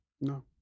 No